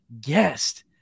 guest